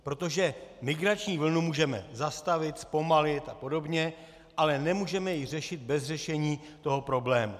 Protože migrační vlnu můžeme zastavit, zpomalit apod., ale nemůžeme ji řešit bez řešení toho problému.